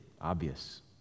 Obvious